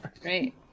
Great